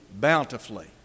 bountifully